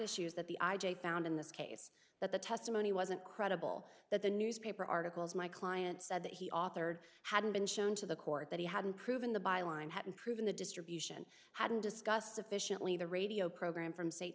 issues that the i j a found in this case that the testimony wasn't credible that the newspaper articles my client said that he authored hadn't been shown to the court that he hadn't proven the byline hadn't proven the distribution hadn't discussed sufficiently the radio program from sa